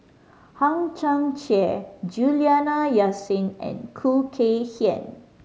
Hang Chang Chieh Juliana Yasin and Khoo Kay Hian